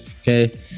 okay